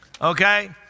Okay